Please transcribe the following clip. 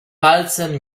palcem